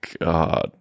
God